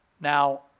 now